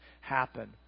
happen